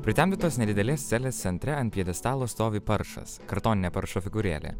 pritemdytos nedidelės celės centre ant pjedestalo stovi paršas kartoninė paršo figūrėlė